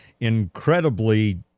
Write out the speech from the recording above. incredibly